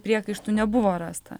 priekaištų nebuvo rasta